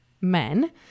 men